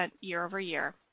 year-over-year